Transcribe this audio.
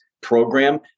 program